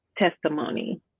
testimony